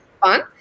fun